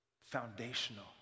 foundational